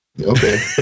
Okay